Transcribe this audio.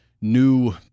new